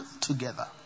together